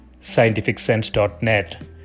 scientificsense.net